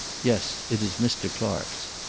yes. it is mr. clark's.